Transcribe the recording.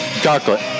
Chocolate